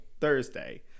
Thursday